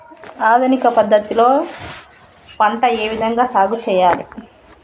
ఆధునిక పద్ధతి లో పంట ఏ విధంగా సాగు చేయాలి?